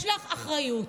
יש לך אחריות.